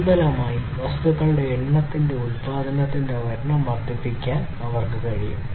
തൽഫലമായി വസ്തുക്കളുടെ എണ്ണത്തിന്റെ ഉൽപാദനത്തിന്റെ എണ്ണം വർദ്ധിപ്പിക്കാൻ അവർക്ക് കഴിയും